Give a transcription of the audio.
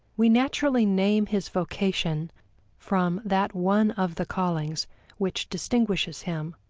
we naturally name his vocation from that one of the callings which distinguishes him,